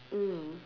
mm